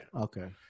Okay